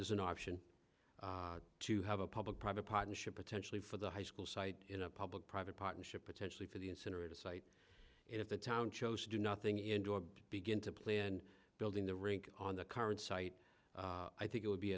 is an option to have a public private partnership potentially for the high school site in a public private partnership potentially for the incinerator site if the town chose to do nothing into a begin to play in building the rink on the current site i think it would be